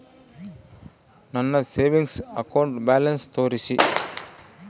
ನನ್ನ savings account balance ತೋರಿಸಿ?